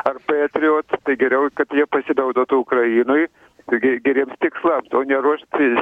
ar petriot tai geriau kad jie pasinaudotų ukrainoj taigi geriems tikslams o ne ruoštis